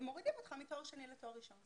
מורידים אותך מתואר שני לתואר ראשון.